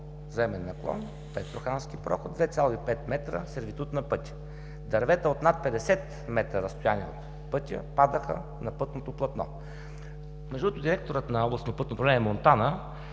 земен наклон в Петрохански проход – 2,5 м сервитут на пътя. Дървета от над 50 метра разстояние от пътя паднаха на пътното платно. Между другото, директорът на Областно пътно управление – Монтана,